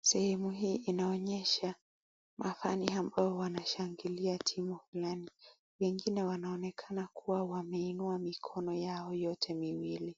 Sehemu hii inaonyesha fan ambao wanashangilia timu fulani. Wengine wanaonekana kuwa wameinua mikono yao yote miwili.